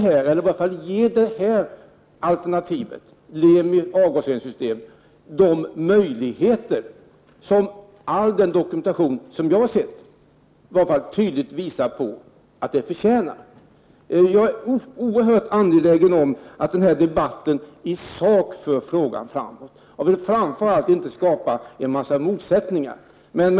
Man bör försöka ge Lemi-systemet de möjligheter som all den dokumentation jag har sett tydligt visar att det förtjänar. Jag är oerhört angelägen om att denna debatt i sak för frågan framåt, och jag vill framför allt inte skapa en mängd motsättningar.